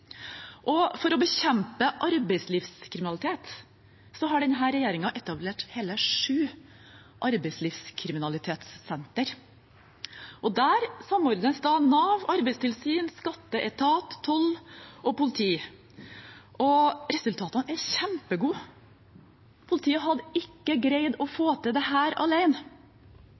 For å bekjempe arbeidslivskriminalitet har denne regjeringen etablert hele sju arbeidslivskriminalitetssentre. Der samordnes Nav, arbeidstilsyn, skatteetat, toll og politi, og resultatene er kjempegode. Politiet hadde ikke greid å få til dette alene – og dette er en kriminalitet som er økende. Det